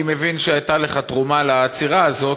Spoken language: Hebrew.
אני מבין שהייתה לך תרומה לעצירה של זה,